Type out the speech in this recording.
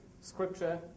Scripture